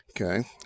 Okay